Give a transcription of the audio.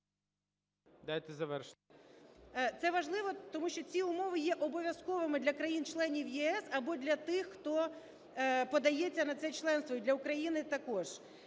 Це важливо, тому що ці умови є обов'язковими для країн-членів ЄС, або для тих, хто подається на це членство, і для України також.